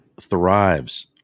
thrives